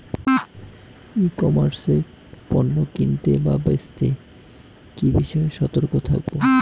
ই commerce এ পণ্য কিনতে বা বেচতে কি বিষয়ে সতর্ক থাকব?